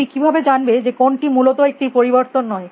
তুমি কিভাবে জানবে যে কোনটি মূলত একটি পরিবর্তন নয়